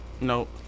Nope